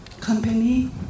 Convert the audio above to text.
company